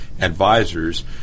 Advisors